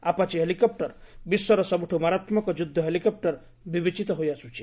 Apache helicopter ବିଶ୍ୱର ସବୁଠୁ ମାରାତ୍ମକ ଯୁଦ୍ଧ ହେଲିକପୁର ବିବେଚିତ ହୋଇଆସ୍କୁଛି